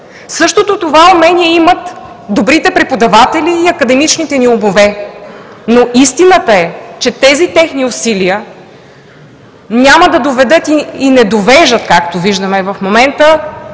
Същото това умение имат добрите преподаватели и академичните ни умове. Истината е, че тези техни усилия няма да доведат и не довеждат, както виждаме в момента,